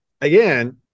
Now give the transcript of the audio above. Again